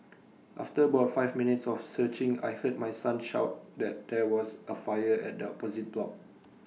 after about five minutes of searching I heard my son shout that there was A fire at the opposite block